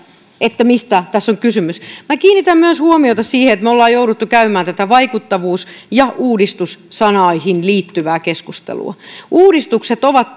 mistä tässä on kysymys myös minä kiinnitän huomiota siihen että me olemme joutuneet käymään vaikuttavuus ja uudistus sanoihin liittyvää keskustelua uudistukset ovat